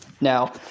Now